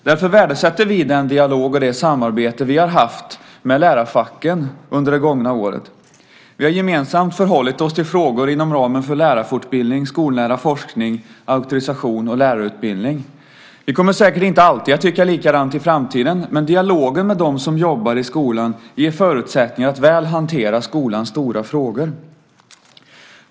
Därför värdesätter vi den dialog och det samarbete vi har haft med lärarfacken under det gångna året. Vi har gemensamt förhållit oss till frågor inom ramen för lärarfortbildning, skolnära forskning, auktorisation och lärarutbildning. Vi kommer säkert inte alltid att tycka likadant i framtiden, men dialogen med dem som jobbar i skolan ger förutsättningar att väl hantera skolans stora frågor.